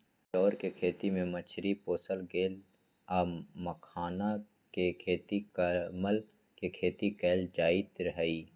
चौर कें खेती में मछरी पोशल गेल आ मखानाके खेती कमल के खेती कएल जाइत हइ